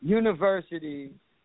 universities